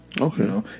Okay